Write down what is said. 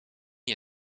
nie